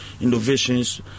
innovations